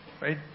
Right